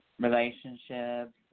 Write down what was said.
relationships